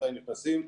מתי נכנסים.